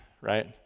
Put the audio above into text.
right